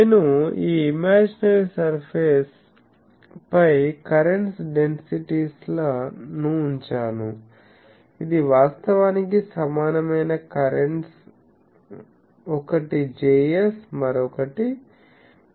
నేను ఈ imaginary surface పై కరెంట్స్ డెన్సిటీస్ ల ను ఉంచాను ఇది వాస్తవానికి సమానమైన కరెంట్స్ ఒకటి Js మరొకటి Ms